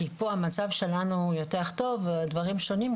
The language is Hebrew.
כי פה המצב שלנו יותר טוב ודברים שונים,